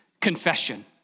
confession